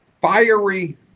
fiery